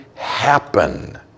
happen